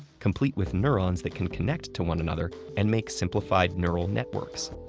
complete with neurons that can connect to one another and make simplified neural networks.